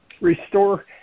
restore